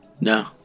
No